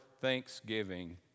Thanksgiving